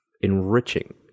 enriching